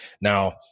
Now